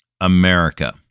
America